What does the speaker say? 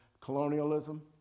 colonialism